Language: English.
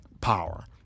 Power